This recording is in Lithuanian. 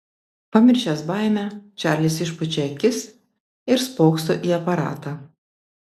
pamiršęs baimę čarlis išpučia akis ir spokso į aparatą